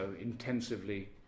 intensively